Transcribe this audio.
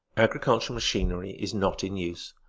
agricultural machinery is not in use.